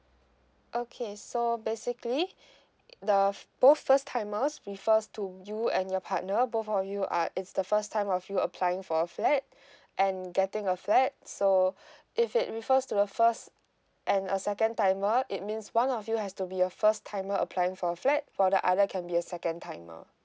okay so basically the both first timers refers to you and your partner both of you are is the first time of you applying for a flat and getting a flat so if it refers to a first and a second timer it means one of you has to be a first timer applying for a flat for the other can be a second timer